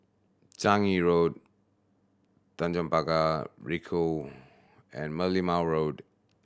Changi Road Tanjong Pagar Ricoh and Merlimau Road